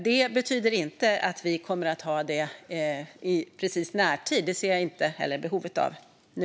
Det betyder inte att Sverige kommer att ha det i närtid, och det ser jag inte heller behov av nu.